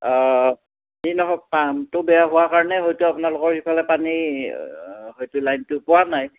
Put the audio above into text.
যি নহওক পাম্পটো বেয়া হোৱা কাৰণে হয়তো আপোনালোকৰ সেইফালে পানী হয়তো লাইনটো পোৱা নাই